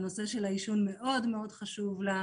שנושא העישון מאוד חשוב לה.